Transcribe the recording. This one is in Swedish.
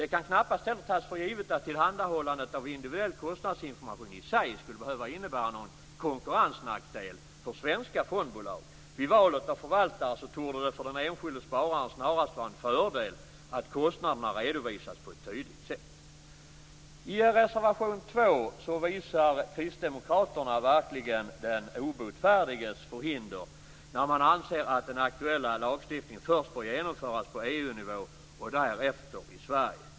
Det kan knappast heller tas för givet att tillhandahållandet av individuell kostnadsinformation i sig skulle behöva innebära någon konkurrensnackdel för svenska fondbolag. Vid valet av förvaltare torde det för den enskilde spararen snarast vara en fördel att kostnaderna redovisas på ett tydligt sätt. I reservation 2 visar kristdemokraterna verkligen de obotfärdigas förhinder när de skriver att de anser att den aktuella lagstiftningen först bör genomföras på EU-nivå och därefter i Sverige.